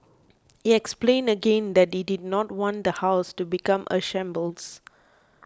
he explained again that he did not want the house to become a shambles